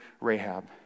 Rahab